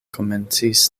komencis